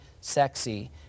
sexy